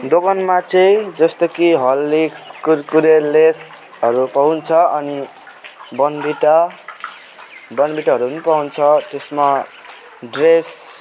दोकानमा चाहिँ जस्तो कि हर्लिक्स कुरकुरे लेसहरू पाउँछ अनि बर्नभिटा बर्नभिटाहरू पनि पाउँछ त्यसमा ड्रेस